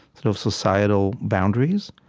sort of societal boundaries,